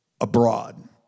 abroad